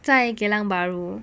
在 Geylang-Bahru